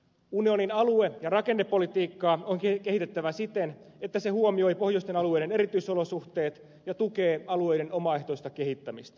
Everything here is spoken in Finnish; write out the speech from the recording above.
unionin alue ja rakennepolitiikkaa on kehitettävä siten että se huomioi pohjoisten alueiden erityisolosuhteet ja tukee alueiden omaehtoista kehittämistä